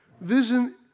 vision